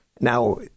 Now